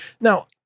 Now